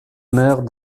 meurt